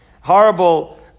horrible